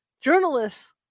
journalists